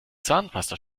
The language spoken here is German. zahnpasta